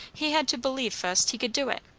he had to believe fust he could do it.